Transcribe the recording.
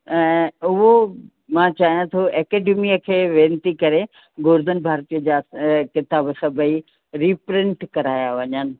ऐं उहो मां चाहियां थो एकेडमीअ खे वेनिती करे गोवर्धन भारती जा किताब सभेई रीप्रिंट कराया वञनि